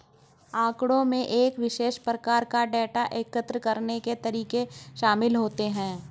आँकड़ों में एक विशेष प्रकार का डेटा एकत्र करने के तरीके शामिल होते हैं